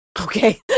Okay